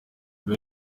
kuri